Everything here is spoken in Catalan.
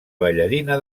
ballarina